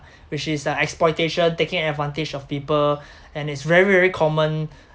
which is uh exploitation taking advantage of people and it's very very common